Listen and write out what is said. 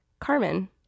Carmen